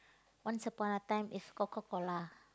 once upon a time it's call Coca-Cola